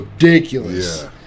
Ridiculous